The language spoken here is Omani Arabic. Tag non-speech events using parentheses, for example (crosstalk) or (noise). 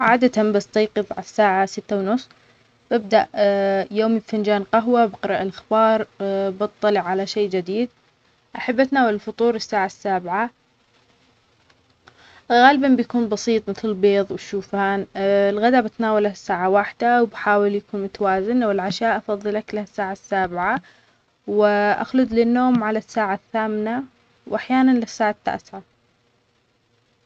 عادةً بستيقظ عالساعة سته ونص. ببدأ (hesitation) يومي بفنجان قهوة بقرأ الاخبار. بتطلع على شيء جديد. أحب أتناول الفطورالساعة السابعة. غالباً يكون بسيط متل البيض والشوفان. الغدا بتناوله الساعة واحدة. وأحاول يكون متوازن. والعشا أفضل أكله في الساعة السابعة. وأخلد للنوم على الساعة الثامنة. وأحياناً للساعة التاسعة